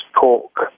talk